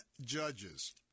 judges